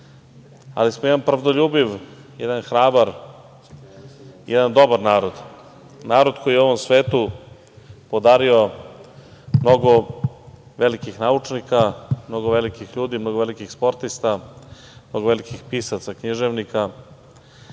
ali smo jedan pravdoljubiv, jedan hrabar, jedan dobar narod. Narod koji je ovom svetu podario mnogo velikih naučnika, mnogo velikih ljudi, mnogo velikih sportista, mnogo velikih pisaca, književnika